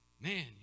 Man